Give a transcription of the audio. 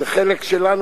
זה חלק שלנו,